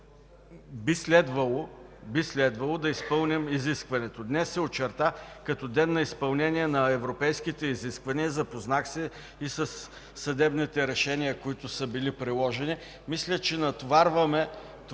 би следвало да изпълним изискването. Днес се очерта като ден на изпълнение на европейските изисквания. Запознах се и със съдебните решения, които са приложени. Мисля, че натоварваме това